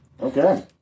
Okay